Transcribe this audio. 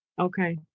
Okay